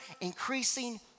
increasing